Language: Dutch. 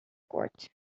kort